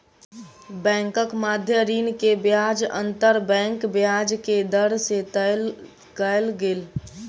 बैंकक मध्य ऋण के ब्याज अंतर बैंक ब्याज के दर से तय कयल गेल